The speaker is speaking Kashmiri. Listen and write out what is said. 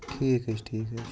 ٹھیٖک حظ چھُ ٹھیٖک حظ چھُ